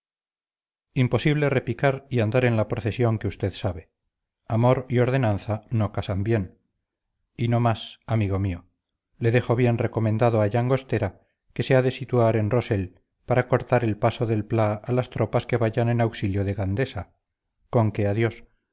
imposible repicar y andar en la procesión que usted sabe amor y ordenanza no casan bien y no más amigo mío le dejo bien recomendado a llangostera que se ha de situar en rossell para cortar el paso del pla a las tropas que vayan en auxilio de gandesa con que adiós